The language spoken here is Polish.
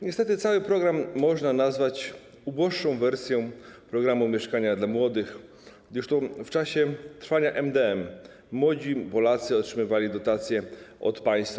Niestety cały program można nazwać uboższą wersją programu „Mieszkanie dla młodych”, gdyż to w czasie trwania MdM młodzi Polacy otrzymywali dotacje od państwa.